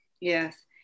Yes